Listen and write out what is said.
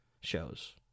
shows